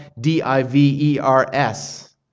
D-I-V-E-R-S